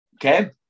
okay